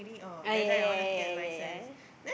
ah ya ya ya ya ya ya ya